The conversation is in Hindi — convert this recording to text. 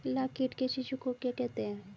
लाख कीट के शिशु को क्या कहते हैं?